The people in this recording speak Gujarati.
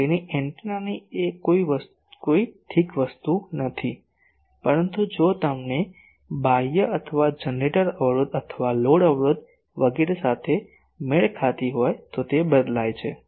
તેથી એન્ટેનાની એ એ કોઈ ઠીક વસ્તુ નથી પરંતુ જો તમને બાહ્ય અથવા જનરેટર અવરોધ અથવા લોડ અવરોધ વગેરે સાથે મેળ ખાતી હોય તો તે બદલાય છે